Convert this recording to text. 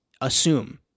assume